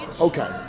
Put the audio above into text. Okay